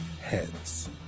heads